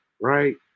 right